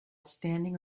standing